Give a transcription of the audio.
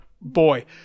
boy